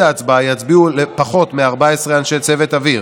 ההצבעה יצביעו בו פחות מ-14 אנשי צוות אוויר.